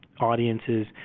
audiences